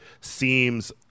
seems